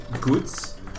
goods